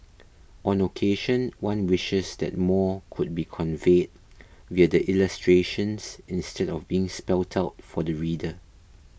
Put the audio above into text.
on occasion one wishes that more could be conveyed via the illustrations instead of being spelt out for the reader